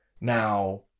Now